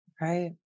right